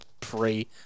Pre